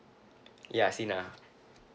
ya Sina